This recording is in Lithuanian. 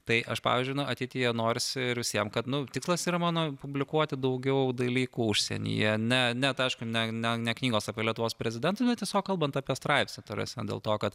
tai aš pavyzdžiui nu ateityje norisi ir visiem nu tikslas yra mano publikuoti daugiau dalykų užsienyje ne ne tai aišku ne ne ne knygos apie lietuvos prezidentus bet tiesiog kalbant apie straipsnį ta prasme dėl to kad